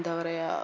എന്താ പറയുക